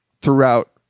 throughout